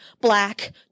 black